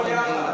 תודה.